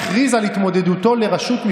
תמים.